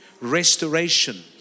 Restoration